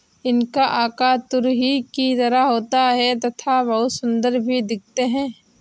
इनका आकार तुरही की तरह होता है तथा बहुत सुंदर भी दिखते है